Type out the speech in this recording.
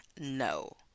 no